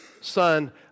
Son